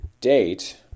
date –